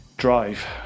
drive